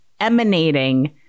emanating